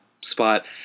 spot